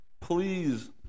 please